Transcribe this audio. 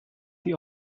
the